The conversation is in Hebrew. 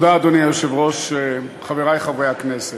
אדוני היושב-ראש, תודה, חברי חברי הכנסת,